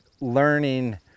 learning